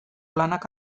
lanak